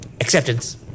acceptance